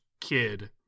kid